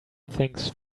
things